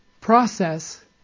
process